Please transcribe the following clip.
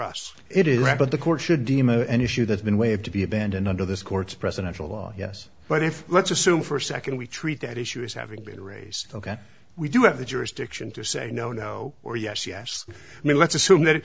us it is right but the court should deem an issue that's been waived to be abandoned under this court's presidential law yes but if let's assume for a second we treat that issue as having been raised ok we do have the jurisdiction to say no no or yes yes now let's assume that